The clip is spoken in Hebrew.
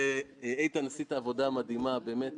העשייה שלך בקדנציה הזאת אתה יכול להיות גאה בה.